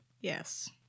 Yes